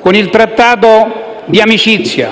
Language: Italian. Con il Trattato di amicizia,